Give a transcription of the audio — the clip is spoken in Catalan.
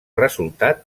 resultat